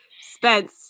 Spence